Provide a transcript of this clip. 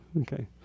Okay